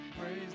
praise